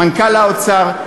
מנכ"ל האוצר,